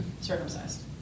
circumcised